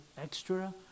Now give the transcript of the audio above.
extra